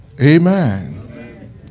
Amen